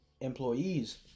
employees